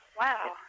Wow